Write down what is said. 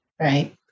Right